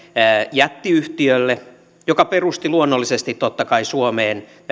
jättiyhtiöille joka perusti luonnollisesti totta kai suomeen